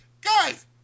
guys